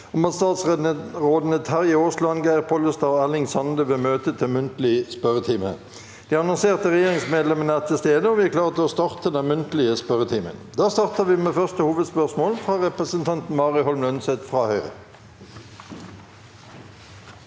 om at statsrådene Terje Aasland, Geir Pollestad og Erling Sande vil møte til muntlig spørretime. De annonserte regjeringsmedlemmene er til stede, og vi er klare til å starte den muntlige spørretimen. Vi starter da med første hovedspørsmål, fra representanten Mari Holm Lønseth. Mari